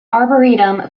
arboretum